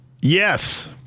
yes